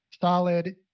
Solid